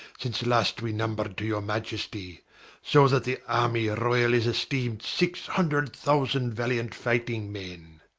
since last we number'd to your majesty so that the army royal is esteem'd six hundred thousand valiant fighting men.